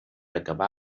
acabar